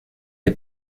est